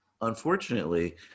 Unfortunately